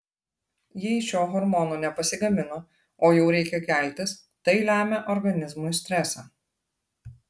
jei šio hormono nepasigamino o jau reikia keltis tai lemia organizmui stresą